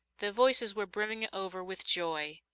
the voices were brimming over with joy.